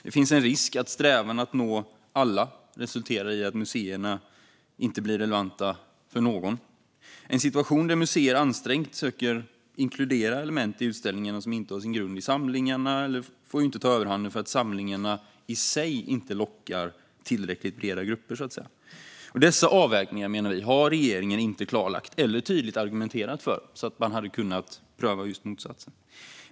Det finns en risk att strävan att nå alla resulterar i att museerna inte blir relevanta för någon. En situation där museer ansträngt söker inkludera element i utställningarna som inte har sin grund i samlingarna får inte ta överhanden därför att samlingarna i sig inte lockar tillräckligt breda grupper. Dessa avvägningar har regeringen, menar vi, inte klarlagt eller tydligt argumenterat för så att man hade kunnat pröva motsatsen.